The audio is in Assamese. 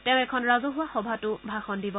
তেওঁ এখন ৰাজহুৱা সভাতো ভাষণ দিব